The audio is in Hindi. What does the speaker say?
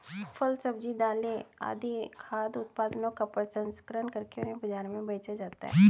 फल, सब्जी, दालें आदि खाद्य उत्पादनों का प्रसंस्करण करके उन्हें बाजार में बेचा जाता है